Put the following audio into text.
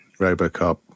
Robocop